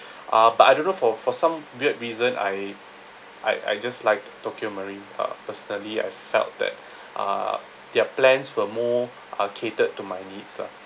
uh but I don't know for for some weird reason I I I just liked Tokio Marine ah personally I felt that uh their plans were more uh catered to my needs lah